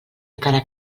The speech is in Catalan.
encara